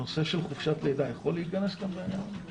הנושא של חופשת לידה יכול להיכנס כאן בעניין הזה?